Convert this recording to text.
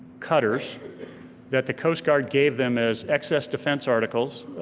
cutters that the coast guard gave them as excess defense articles,